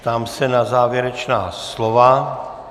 Ptám se na závěrečná slova.